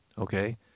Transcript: Okay